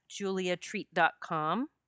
juliatreat.com